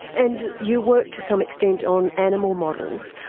and you work to some extent on animal models.